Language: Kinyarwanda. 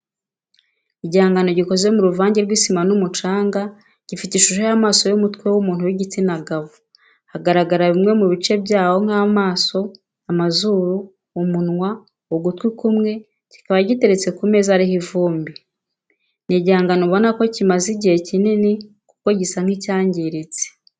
Igihangano gikoze mu ruvange rw'isima n'umucanga gifite ishusho y'umutwe w'umuntu w'igitsina gabo hagaragara bimwe mu bice byawo nk'amaso amazuru, umunwa ugutwi kumwe kikaba giteretse ku meza ariho ivumbi ni igihangano ubona ko kimaze igihe kinini kuko gisa n'icyangiritse.